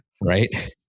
Right